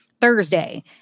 Thursday